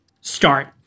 start